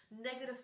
negative